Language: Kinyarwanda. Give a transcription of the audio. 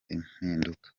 impinduka